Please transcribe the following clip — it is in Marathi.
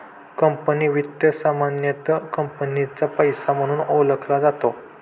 कंपनी वित्त सामान्यतः कंपनीचा पैसा म्हणून ओळखला जातो